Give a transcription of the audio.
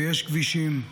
ויש כבישים,